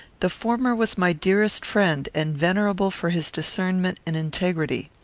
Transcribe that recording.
the former was my dearest friend, and venerable for his discernment and integrity.